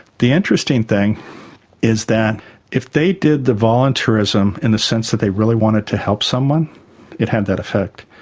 the interesting thing is that if they did the volunteerism in the sense that they really wanted to help someone it had that effect.